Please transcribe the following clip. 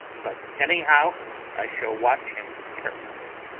but anyhow i shall watch him carefully.